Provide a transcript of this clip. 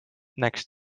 next